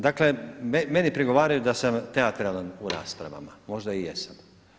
Dakle, meni prigovaraju da sam teatralan u raspravama, možda i jesam.